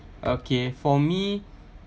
okay for me